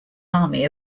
army